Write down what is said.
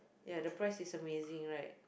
ya the price is amazing right